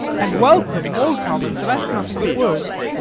and welcome more common for that's nothing but words.